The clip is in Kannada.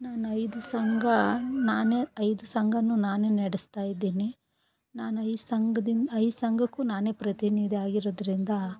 ನಾನು ಐದು ಸಂಘ ನಾನೇ ಐದು ಸಂಘ ನಾನೇ ನಡೆಸ್ತಾಯಿದ್ದಿನಿ ನಾನು ಐದು ಸಂಘದಿಂದ ಐದು ಸಂಘಕ್ಕೂ ನಾನೇ ಪ್ರತಿನಿಧಿ ಆಗಿರೋದರಿಂದ